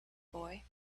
boy